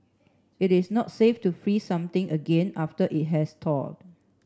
it is not safe to freeze something again after it has thawed